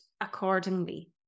accordingly